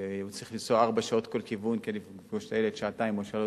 והוא צריך לנסוע ארבע שעות כל כיוון כדי לפגוש את הילד שעתיים או שלוש,